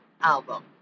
album